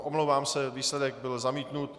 Omlouvám se, výsledek byl zamítnut.